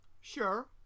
Sure